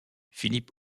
philippe